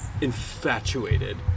infatuated